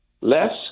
less